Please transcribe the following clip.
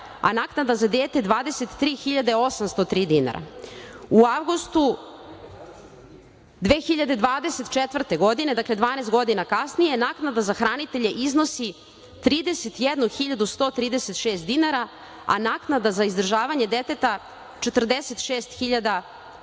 a naknada za dete 23.803 dinara. U avgustu 2024. godine, dakle, 12 godina kasnije, naknada za hranitelje iznosi 31.136 dinara, a naknada za izdržavanje deteta 46.476 dinara.